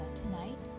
tonight